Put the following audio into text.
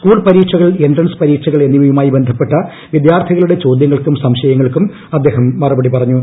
school പരീക്ഷകൾ entrance പരീക്ഷകൾ എന്നിവയുമായി ബന്ധപ്പെട്ട വിദ്യാർഥികളുടെ ചോദ്യങ്ങൾക്കും സംശയങ്ങൾക്കും അദ്ദേഹം മറുപടി പറഞ്ഞു